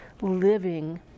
living